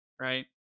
right